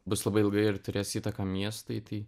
bus labai ilgai ir turės įtaką miestui tai